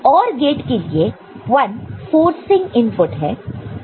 OR gate के लिए 1 forcing input है